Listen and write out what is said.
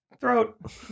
throat